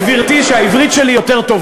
גברתי, שהעברית שלי טובה יותר.